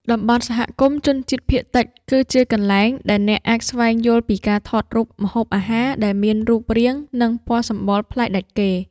តំបន់សហគមន៍ជនជាតិភាគតិច គឺជាកន្លែងដែលអ្នកអាចស្វែងយល់ពីការថតរូបម្ហូបអាហារដែលមានរូបរាង និងពណ៌សម្បុរប្លែកដាច់គេ។